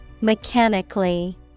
Mechanically